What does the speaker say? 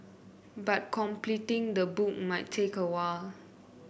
but completing the book might take a while